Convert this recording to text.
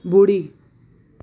ॿुड़ी